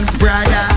brother